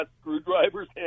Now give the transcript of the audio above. screwdrivers